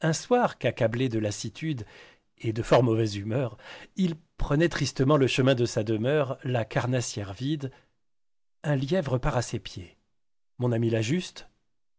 un soir qu'accablé de lassitude et de fort mauvais humeur il prenait tristement le chemin de sa demeure la carnacière vide un lièvre part à ses pieds mon ami l'ajuste